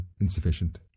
insufficient